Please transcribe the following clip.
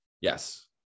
Yes